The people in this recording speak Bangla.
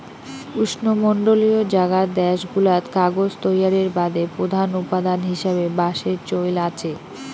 উষ্ণমণ্ডলীয় জাগার দ্যাশগুলাত কাগজ তৈয়ারের বাদে প্রধান উপাদান হিসাবে বাঁশের চইল আচে